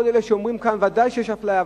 כל אלה שאומרים כאן: ודאי שיש אפליה,